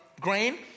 grain